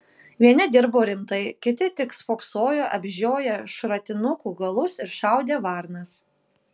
vieni dirbo rimtai kiti tik spoksojo apžioję šratinukų galus ir šaudė varnas